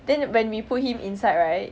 then when we put him inside right